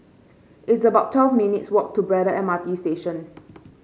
it's about twelve minutes walk to Braddell M R T Station